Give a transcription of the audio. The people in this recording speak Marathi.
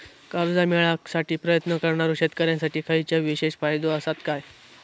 कर्जा मेळाकसाठी प्रयत्न करणारो शेतकऱ्यांसाठी खयच्या विशेष फायदो असात काय?